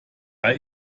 bei